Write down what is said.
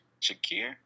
Shakir